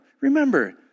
Remember